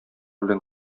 белән